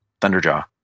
Thunderjaw